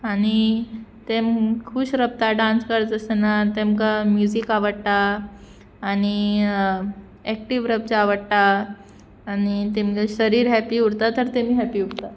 आनी तेम खूश रबता डांस करता आसतना तेमकां म्युजीक आवडटा आनी एक्टीव रावच्या आवडटा आनी तेमकां शरीर हॅप्पी उरता तर तेमी हॅपी उरता